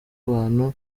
abantu